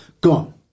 gone